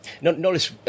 Notice